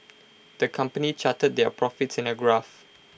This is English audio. the company charted their profits in A graph